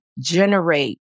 generate